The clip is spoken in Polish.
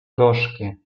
gorzkie